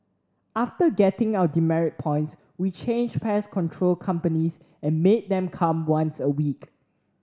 after getting our demerit points we changed pest control companies and made them come once a week